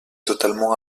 totalement